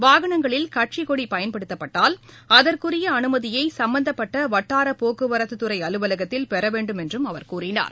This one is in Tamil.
வாகனங்களில் கட்சிக் கொடி பயன்படுத்தப்பட்டால் அதற்குரிய அனுமதியை சம்மந்தப்பட்ட வட்டார போக்குவரத்து துறை அலுவலகத்தின் பெற வேண்டும் என்றும் அவர் கூறினார்